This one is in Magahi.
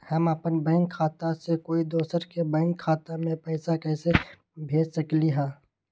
हम अपन बैंक खाता से कोई दोसर के बैंक खाता में पैसा कैसे भेज सकली ह?